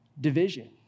division